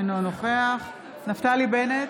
אינו נוכח נפתלי בנט,